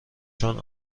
چون